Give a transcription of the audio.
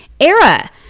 era